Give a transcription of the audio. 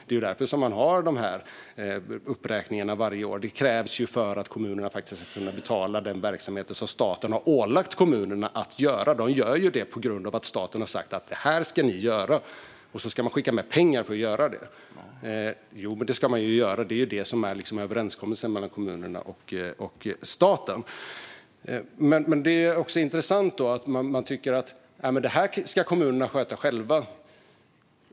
Det är därför man gör dessa uppräkningar varje år; det krävs för att kommunerna ska kunna betala för den verksamhet som staten har ålagt kommunerna att bedriva. De bedriver den på grund av att staten har sagt att kommunerna ska göra det, och så skickar staten med pengar för detta. Det är det som är överenskommelsen mellan kommunerna och staten. Det är intressant att man tycker att kommunerna ska sköta detta själva.